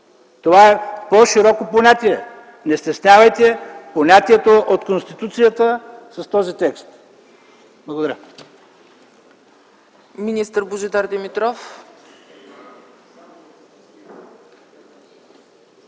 Това е по-широко понятие. Не стеснявайте понятието от Конституцията с този текст. Благодаря.